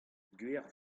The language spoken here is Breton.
gwir